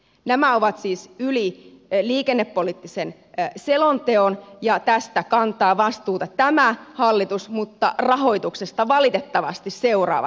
nämä ovat siis yli liikennepoliittisen selonteon ja tästä kantaa vastuuta tämä hallitus mutta rahoituksesta valitettavasti seuraavat hallitukset